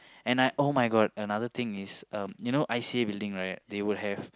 and I [oh]-my-god another thing is um you know I_C_A building right they will have